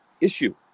issue